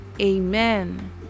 Amen